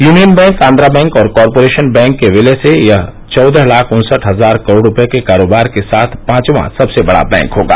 union bank Andhra bank और corporation bank के विलय से यह चौदह लाख उन्सठ हजार करोड़ रुपये के कारोबार के साथ यह पांचवां सबसे बड़ा बैंक बनेगा